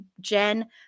Jen